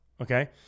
okay